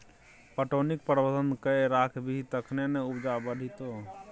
पटौनीक प्रबंधन कए राखबिही तखने ना उपजा बढ़ितौ